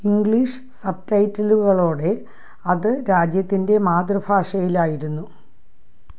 English സബ്ടൈറ്റിലുകളോടെ അത് രാജ്യത്തിന്റെ മാതൃഭാഷയിലായിരുന്നു